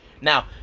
Now